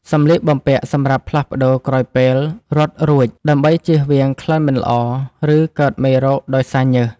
សម្លៀកបំពាក់សម្រាប់ផ្លាស់ប្តូរក្រោយពេលរត់រួច ដើម្បីជៀសវាងក្លិនមិនល្អ ឬ កើតមេរោគដោយសារញើស។